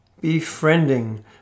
befriending